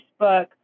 Facebook